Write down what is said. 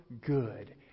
good